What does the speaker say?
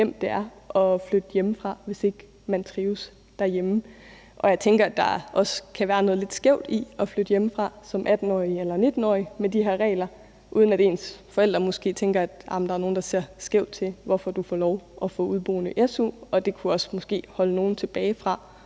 svært det er at flytte hjemmefra, hvis ikke man trives derhjemme. Og jeg tænker, at der med de her regler også kan være noget lidt skævt i at flytte hjemmefra som 18-årig eller 19-årig, uden at ens forældre måske tænker, at der er nogle, der ser skævt til, at man får lov til at få su for udeboende, og det kunne måske også holde nogle tilbage fra